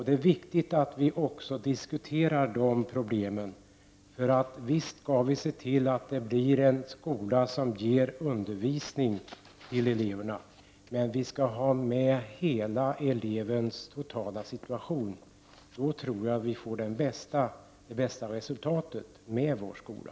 Det är viktigt att vi också diskuterar de problemen. Visst skall vi se till att skolan ger undervisning till eleverna, men vi skall ta elevens totala situation i beaktande. Då tror jag att vi uppnår det bästa resultatet med vår skola.